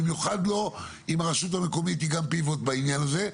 במיוחד לא אם הרשות המקומית היא גם פיווט בעניין הזה.